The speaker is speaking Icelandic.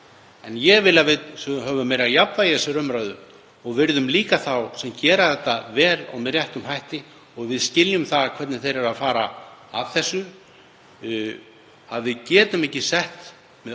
Ég vil að við höfum meira jafnvægi í þessari umræðu og virðum líka þá sem gera þetta vel og með réttum hætti og við skiljum það hvernig þeir fara að þessu. Við getum ekki með